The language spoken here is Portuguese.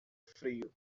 frio